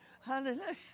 Hallelujah